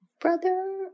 brother